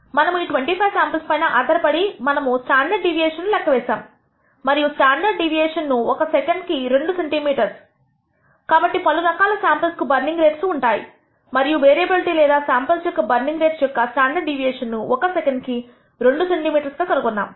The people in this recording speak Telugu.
మనము ఈ 25 శాంపుల్స్ పైన ఆధారపడి మనము స్టాండర్డ్ డీవియేషన్ ను లెక్క వేసాము మరియు స్టాండర్డ్ డీవియేషన్ తను ఒక సెకండ్ కి రెండు సెంటీ మీటర్స్ కాబట్టి పలు రకాల శాంపుల్స్ కు బర్నింగ్ రేట్స్ ఉంటాయి మరియు వేరియబిలిటీ లేదా శాంపుల్స్ యొక్క బర్నింగ్ రేట్స్ యొక్క స్టాండర్డ్ డీవియేషన్ ను ఒక సెకండ్ కి రెండు సెంటీ మీటర్స్ గా కనుగొన్నాము